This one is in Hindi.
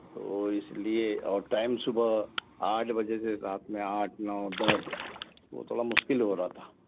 तो इसलिए और टाइम सुबह आठ बजे से रात में आठ नौ दस वो थोड़ा मुश्किल हो रहा था